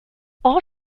all